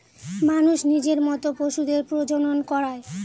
মানুষ নিজের মত পশুদের প্রজনন করায়